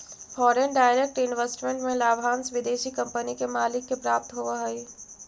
foreign direct investment में लाभांश विदेशी कंपनी के मालिक के प्राप्त होवऽ हई